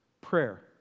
prayer